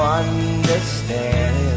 understand